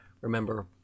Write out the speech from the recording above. remember